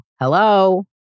Hello